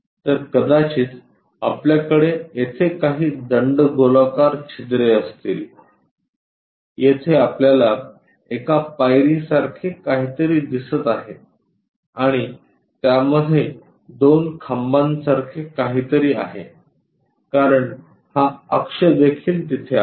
तर कदाचित आपल्याकडे येथे काही दंडगोलाकार छिद्रे असतील येथे आपल्याला एका पायरीसारखे काहीतरी दिसत आहे आणि त्यामध्ये दोन खांबा सारखे काहीतरी आहे कारण हा अक्ष देखील तेथे आहे